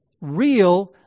real